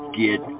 get